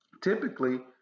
Typically